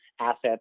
assets